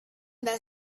that